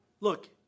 Look